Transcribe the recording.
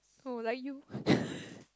oh like you